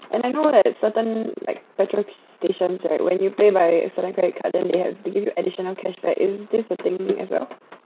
and I know that certain like petrol stations right when you pay by a certain credit card then they have they give you additional cashback is this a thing as well